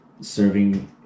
serving